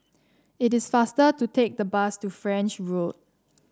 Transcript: it is faster to take the bus to French Road